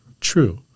true